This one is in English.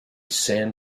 san